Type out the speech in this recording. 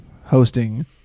hosting